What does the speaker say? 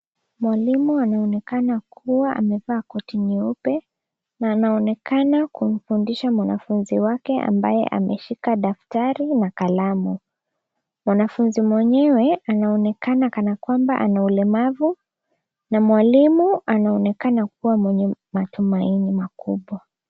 Mwalimu anaonekana kuwa amevaa koti nyeupe na anaonekana kumfundisha mwanafunzi wake, ambaye ameshika daftari na kalamu. Mwanafunzi mwenyewe anaonekana kana kwamba ana ulemavu na mwalimu anaonekana kuwa mwenye matumaini makubwa.